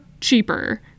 cheaper